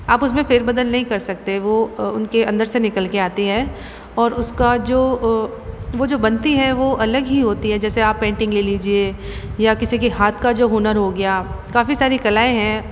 आप उसमें फेर बदल नहीं कर सकते वो उनके अंदर से निकल के आती हैं और उसका जो वो जो बनती है वो अलग ही होती है जैसे आप पेंटिंग ले लीजिए या किसी के हाथ का जो हुनर हो गया काफ़ी सारी कलाएँ हैं